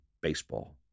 baseball